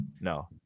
No